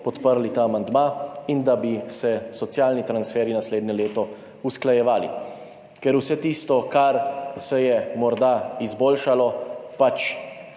podprli ta amandma in da bi se socialni transferji naslednje leto usklajevali. Ker vse tisto, kar se je morda izboljšalo, pač